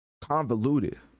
convoluted